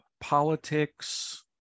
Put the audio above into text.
politics